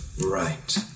right